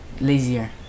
lazier